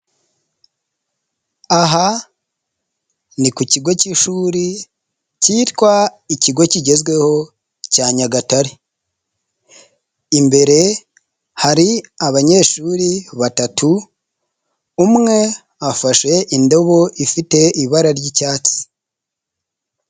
Aha ni ku kigo cy'ishuri cyitwa ikigo kigezweho cya nyagatare. Imbere hari abanyeshuri batatu; umwe afashe indobo ifite ibara ry'icyatsi.